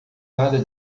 nada